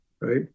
right